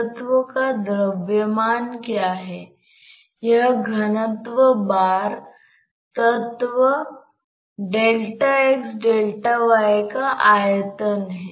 तो क्या हो रहा है